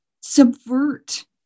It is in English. subvert